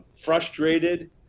frustrated